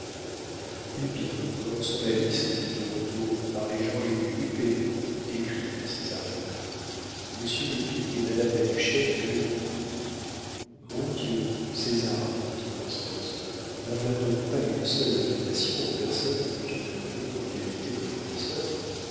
eh bien commençons la liste dit birotteau par les gens les plus huppés écris césarine monsieur le duc et madame la duchesse de lenoncourt mon dieu césar dit constance n'envoie donc pas une seule invitation aux personnes que tu ne connais qu'en qualité de fournisseur